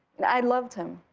and i loved him.